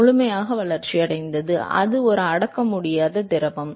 முழுமையாக வளர்ச்சியடைந்து அது ஒரு அடக்க முடியாத திரவம்